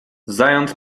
zając